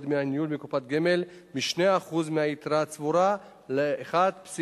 דמי הניהול בקופות גמל מ-2% מהיתרה הצבורה ל-1.05%.